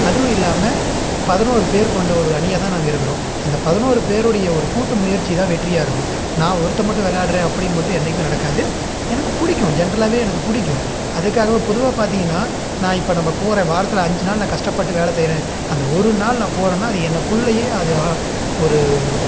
அதுவும் இல்லாமல் பதினோரு பேர் கொண்ட ஒரு அணியாகதான் நாங்கள் இருக்கிறோம் அந்த பதினோரு பேருடைய ஒரு கூட்டு முயற்சிதான் வெற்றியாக இருக்கும் நான் ஒருத்தன் மட்டும் விளையாட்றேன் அப்படின்னு மட்டும் என்றைக்குமே நடக்காது எனக்கு பிடிக்கும் ஜென்ட்ரலாகவே எனக்கு பிடிக்கும் அதுக்காக தான் பொதுவாக பார்த்திங்கனா நான் இப்போ நம்ப போகிற வாரத்தில் அஞ்சு நாள் நான் கஷ்டப்பட்டு வேலை செய்கிறேன் அந்த ஒரு நாள் நான் போகிறேனா அது எனக்குள்ளேயே அது ஆ ஒரு